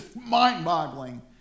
mind-boggling